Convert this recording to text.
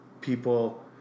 people